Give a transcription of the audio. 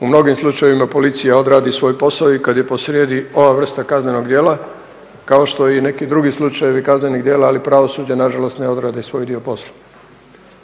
U mnogim slučajevima policija odradi svoj posao i kad je posrijedi ova vrsta kaznenog djela, kao što i neki drugi slučajevi kaznenih djela, ali pravosuđe nažalost ne odradi svoj dio posla.